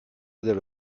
delle